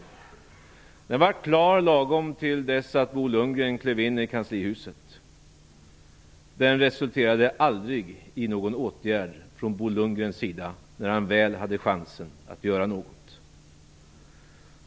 Utredningen var klar lagom till dess att Bo Lundgren klev in i kanslihuset. Den resulterade aldrig i någon åtgärd från Bo Lundgren, när han väl hade chansen att göra något.